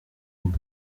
umwe